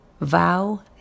Vow